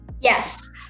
Yes